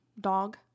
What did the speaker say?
dog